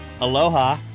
Aloha